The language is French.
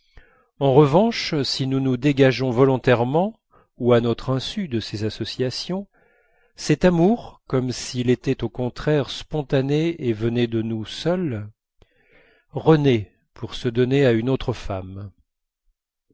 en revanche si nous nous dégageons volontairement ou à notre insu de ces associations cet amour comme s'il était au contraire spontané et venait de nous seuls renaît pour se donner à une autre femme